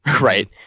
right